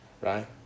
Right